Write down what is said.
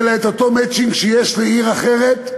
יהיה לה אותו מצ'ינג שיש לעיר אחרת,